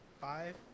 five